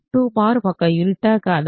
2 ఒక యూనిటా కాదా